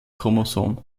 chromosom